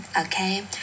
okay